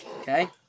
Okay